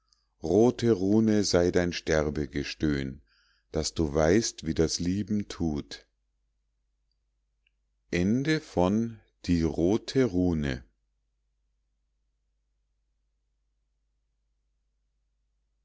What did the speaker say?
rote rune sei dein sterbegestöhn daß du weißt wie das lieben tut